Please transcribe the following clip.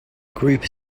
group